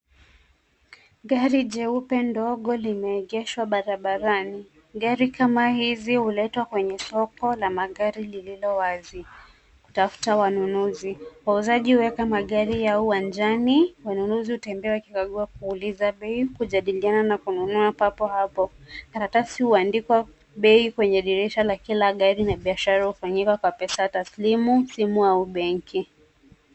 Gari jeupe ndogo limeegeshwa barabarani. Gari kama hii huletwa kwenye soko la magari lililo wazi kutafuta wanunuzi. Wauzaji huweka magari yao uwanjani. Wanunuzi hutembea wakikagua, kuuuliza bei, kujadiliana na kununua papo hapo. Karatasi huandikwa bei kwenye dirisha la kila gari na biashara hufanyika kwa pesa taslimu, simu au benki.